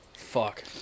fuck